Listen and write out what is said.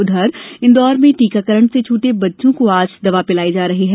उधर इन्दौर में टीकाकरण से छूटे बच्चों को आज दवा दी जा रही है